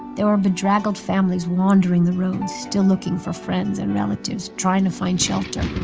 there were bedraggled families wandering the roads still looking for friends and relatives, trying to find shelter.